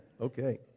Okay